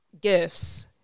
gifts